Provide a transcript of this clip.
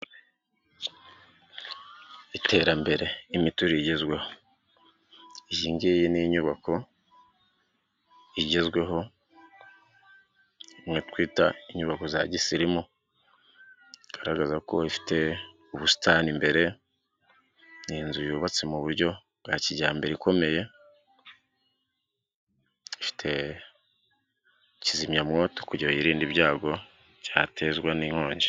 Iterambere imiturire igezweho iyi ngiyi ni inyubako igezweho, imwe twita inyubako za gisirimu, igaragaza ko ifite ubusitani imbere, ni inzu yubatse mu buryo bwa kijyambere ikomeye, ifite kizimyamwoto kugira yirinde ibyago byatezwa n'inkongi.